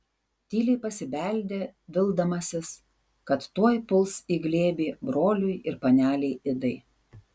tyliai pasibeldė vildamasis kad tuoj puls į glėbį broliui ir panelei idai